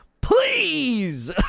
Please